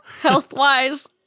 health-wise